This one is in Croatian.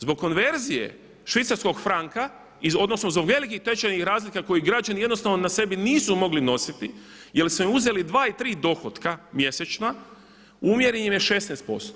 Zbog konverzije švicarskog franka odnosno zbog velikih tečajnih razlika koje građani jednostavno na sebi nisu mogli nositi jer su im uzeli dva i tri dohotka mjesečna … [[Ne razumije se.]] 16%